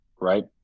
right